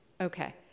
Okay